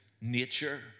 nature